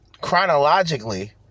chronologically